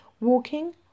walking